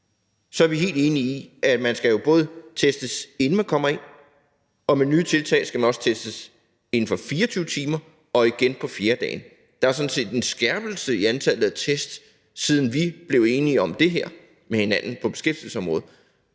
Så er vi helt enige i, at man jo skal testes, inden man kommer ind, og med nye tiltag skal man også testes inden for 24 timer og igen på fjerdedagen. Der er sådan set en skærpelse i antallet af test, siden vi blev enige med hinanden om det her på beskæftigelsesområdet,